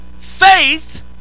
faith